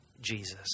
Jesus